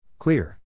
Clear